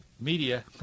media